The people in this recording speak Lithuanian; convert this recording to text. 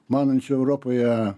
manančių europoje